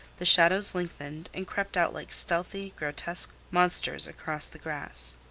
the shadows lengthened and crept out like stealthy, grotesque monsters across the grass.